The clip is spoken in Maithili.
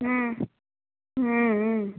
ह्म्म ह्म्म ह्म्म